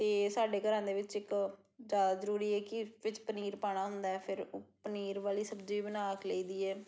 ਅਤੇ ਸਾਡੇ ਘਰਾਂ ਦੇ ਵਿੱਚ ਇੱਕ ਜ਼ਿਆਦਾ ਜ਼ਰੂਰੀ ਇਹ ਹੈ ਕਿ ਵਿੱਚ ਪਨੀਰ ਪਾਉਣਾ ਹੁੰਦਾ ਫਿਰ ਉ ਪਨੀਰ ਵਾਲੀ ਸਬਜ਼ੀ ਬਣਾ ਲਈ ਦੀ ਹੈ